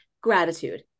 gratitude